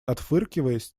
отфыркиваясь